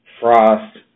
Frost